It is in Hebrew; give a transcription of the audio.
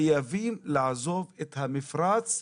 חייבים לעזוב את המפרץ,